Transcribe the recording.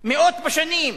של מאות בשנים.